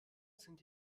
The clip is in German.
sind